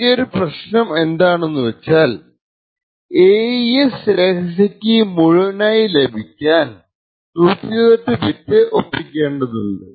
ആകെയൊരു പ്രശ്നം എന്താണെന്നു വച്ചാൽ AES രഹസ്യ കീ മുഴുവനായി ലഭിക്കാൻ 128 ബിറ്റ് ഒപ്പിക്കേണ്ടതുണ്ട്